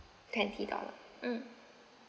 twenty dollar mm